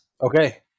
Okay